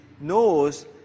knows